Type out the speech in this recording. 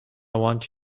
want